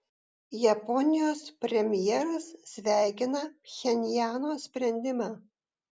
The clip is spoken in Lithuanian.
japonijos premjeras sveikina pchenjano sprendimą